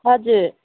हजुर